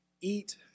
eat